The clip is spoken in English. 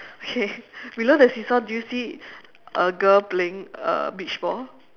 okay we look at the seesaw do you see a girl playing a beach ball